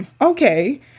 okay